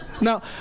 Now